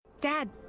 Dad